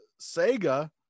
sega